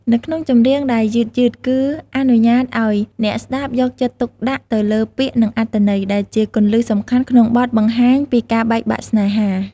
នៅក្នុងចម្រៀងដែលយឺតៗគឺអនុញ្ញាតឲ្យអ្នកស្តាប់យកចិត្តទុកដាក់ទៅលើ ពាក្យ និងអត្ថន័យ ដែលជាគន្លឹះសំខាន់ក្នុងបទបង្ហាញពីការបែកបាក់ស្នេហា។